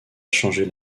changer